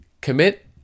commit